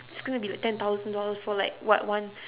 it's going to be like ten thousand dollars for like what one